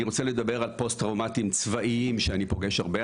אני רוצה לדבר על פוסט-טראומטיים צבאיים שאני פוגש הרבה,